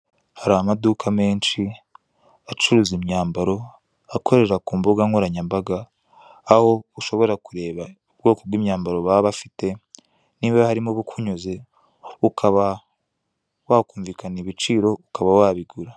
Hari amaduka menshi acuruza imyambaro akorera ku mbuga nkoranyambaga aho ushobora kureba ubwoko bw'imyambaro baba bafite niba harimo ubukunyuze ukaba wakumvikana ibiciro ukaba wabigura.